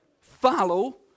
follow